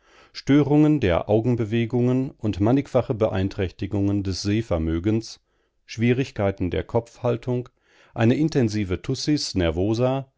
störungen der augenbewegungen und mannigfache beeinträchtigungen des sehvermögens schwierigkeiten der kopfhaltung eine intensive tussis nervosa